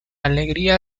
alegría